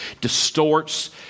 distorts